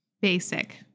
Basic